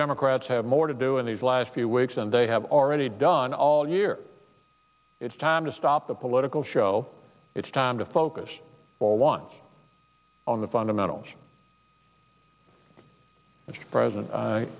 democrats have more to do in these last few weeks and they have already done all year it's time to stop the political show it's time to focus all want on the fundamentals